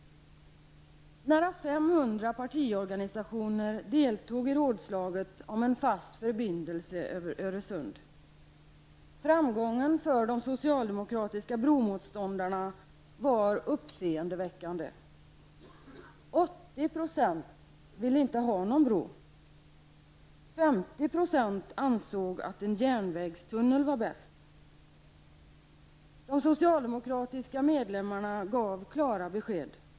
Nära 500 partiorganisationer deltog i rådslaget om en fast förbindelse över Öresund. Framgången för de socialdemokratiska bromotståndarna var uppseendeväckande. 80 % ville inte ha någon bro. 50 % ansåg att en järnvägstunnel var bäst. De socialdemokratiska medlemmarna gav klara besked.